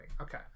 okay